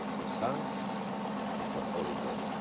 the son and the holy ghost.